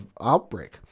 outbreak